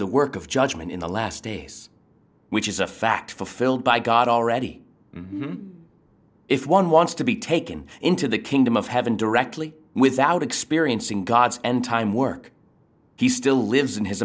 the work of judgment in the last days which is a fact fulfilled by god already if one wants to be taken into the kingdom of heaven directly without experiencing god and time work he still lives in his